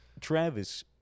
travis